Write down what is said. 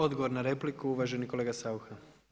Odgovor na repliku uvaženi kolega Saucha.